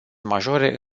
majore